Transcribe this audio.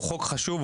הוא חוק חשוב,